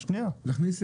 אדוני,